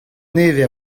nevez